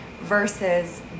Versus